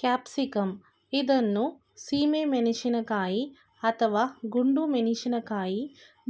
capsicum ಇದನ್ನು ಸೀಮೆ ಮೆಣಸಿನಕಾಯಿ, ಅಥವಾ ಗುಂಡು ಮೆಣಸಿನಕಾಯಿ,